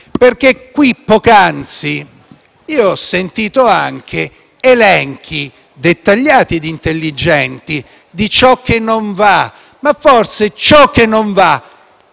M5S).* Poc'anzi ho qui ascoltato anche elenchi dettagliati ed intelligenti di ciò che non va, ma forse ciò che non va,